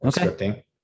Okay